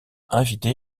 invité